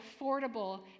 affordable